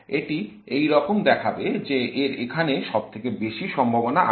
এইটা এরকম দেখাবে যে এর এখানে সবথেকে বেশি সম্ভাবনা আছে